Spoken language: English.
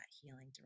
healing